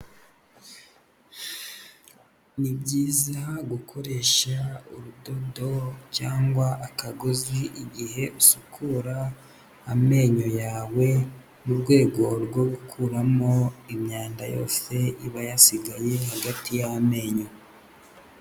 Ni byiza gukoresha urudodo cyangwa akagozi, igihe usukura amenyo yawe mu rwego rwo gukuramo imyanda yose iba yasigaye hagati y'amenyo.